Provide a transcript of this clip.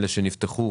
אלה שנפתחו